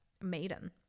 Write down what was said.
maiden